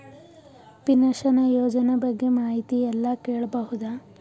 Pension ಯೋಜನ ಬಗ್ಗೆ ಮಾಹಿತಿ ಎಲ್ಲ ಕೇಳಬಹುದು?